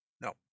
No